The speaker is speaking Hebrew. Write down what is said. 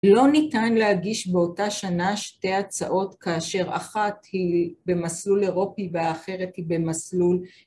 לא ניתן להגיש באותה שנה שתי הצעות כאשר אחת היא במסלול אירופי והאחרת היא במסלול